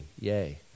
yay